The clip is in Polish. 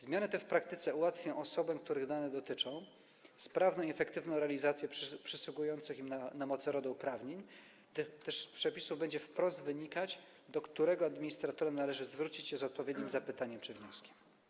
Zmiany te w praktyce ułatwią osobom, których dane dotyczą, sprawną i efektywną realizację przysługujących im na mocy RODO uprawnień, gdyż z przepisów będzie wprost wynikać, do którego administratora należy zwrócić się z odpowiednim zapytaniem czy wnioskiem.